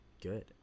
good